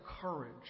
courage